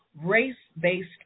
race-based